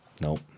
Nope